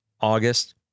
August